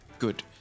Good